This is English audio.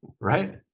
right